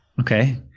Okay